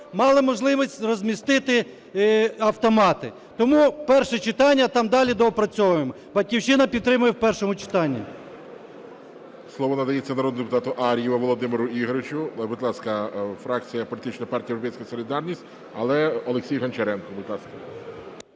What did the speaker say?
мали можливість розмістити автомати. Тому перше читання, там далі доопрацьовуємо. "Батьківщина" підтримує в першому читанні. ГОЛОВУЮЧИЙ. Слово надається народному депутату Ар'єву Володимиру Ігоровичу, будь ласка, фракція політичної партії "Європейська солідарність". Але Олексій Гончаренко, будь ласка.